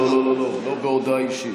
לא בהודעה אישית.